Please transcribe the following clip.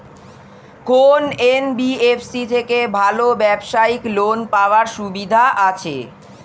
কোন এন.বি.এফ.সি থেকে ভালো ব্যবসায়িক লোন পাওয়ার সুবিধা আছে?